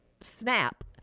SNAP